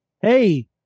Hey